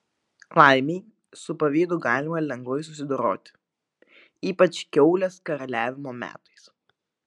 laimei su pavydu galima lengvai susidoroti ypač kiaulės karaliavimo metais